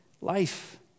life